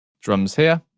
drums here,